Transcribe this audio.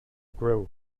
grilled